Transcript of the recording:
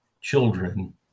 children